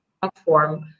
platform